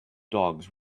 dogs